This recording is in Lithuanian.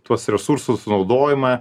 tuos resursų sunaudojimą